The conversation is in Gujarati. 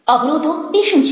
અવરોધો તે શું છે